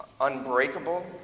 unbreakable